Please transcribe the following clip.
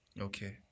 Okay